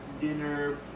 dinner